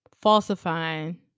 falsifying